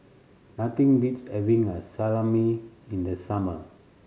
nothing beats having a Salami in the summer